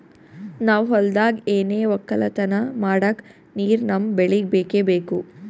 ನಾವ್ ಹೊಲ್ದಾಗ್ ಏನೆ ವಕ್ಕಲತನ ಮಾಡಕ್ ನೀರ್ ನಮ್ ಬೆಳಿಗ್ ಬೇಕೆ ಬೇಕು